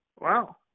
Wow